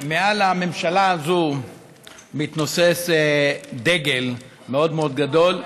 מעל הממשלה הזו מתנוסס דגל מאוד גדול,